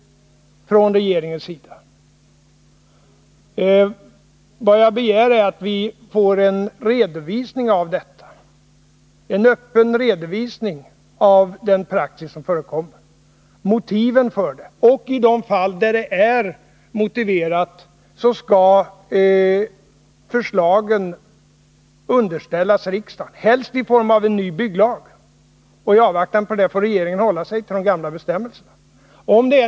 Jag begär att vi får en öppen redovisning av den praxis som förekommer och motiven för denna praxis. I de fall det är motiverat skall förslagen underställas riksdagen, helst i form av förslag om en ny bygglag. I avvaktan på att en ny bygglag antagits får regeringen hålla sig till de gamla bestämmelserna.